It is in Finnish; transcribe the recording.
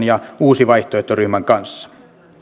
ja uusi vaihtoehto ryhmän kanssa